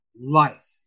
life